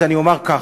אז אני אומר כך: